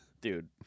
Dude